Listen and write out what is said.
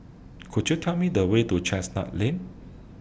Could YOU Tell Me The Way to Chestnut Lane